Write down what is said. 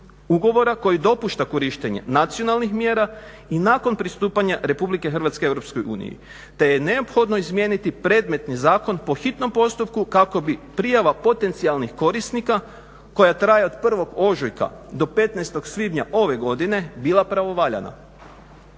ugovora koji dopušta korištenje nacionalnih mjera i nakon pristupanja Republike Hrvatske Europskoj uniji te je neophodno izmijeniti predmetni zakon po hitnom postupku kako bi prijava potencijalnih korisnika koja traje od 1. ožujka do 15. svibnja ove godine bila pravovaljana.